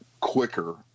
quicker